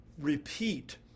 repeat